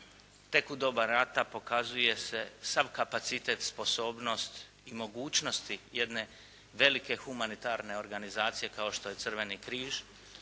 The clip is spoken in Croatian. tek u doba rata pokazuje se sav kapacitet, sposobnost i mogućnosti jedne velike humanitarne organizacije kao što je Crveni križ,